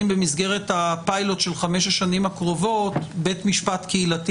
במסגרת הפיילוט של חמש השנים הקרובות בית משפט קהילתי